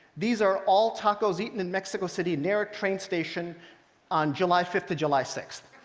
these are all tacos eaten in mexico city near a train station on july fifth to july sixth.